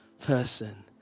Person